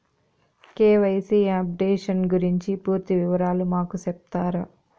KYC updation గురించి పూర్తి వివరాలు మాకు సెప్తారా?